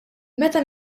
meta